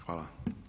Hvala.